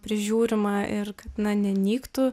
prižiūrima ir kad na ne nyktų